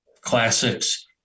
classics